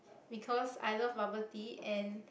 because I love bubble tea and